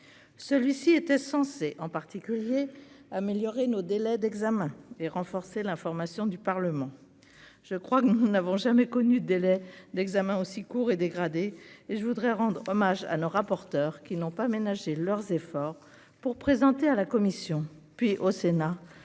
celui-ci était censé en particulier améliorer nos délais d'examen et renforcer l'information du Parlement, je crois que nous n'avons jamais connu délais d'examen aussi court et dégradé et je voudrais rendre hommage à nos rapporteurs qui n'ont pas ménagé leurs efforts pour présenter à la Commission, puis au Sénat,